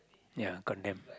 ya condemn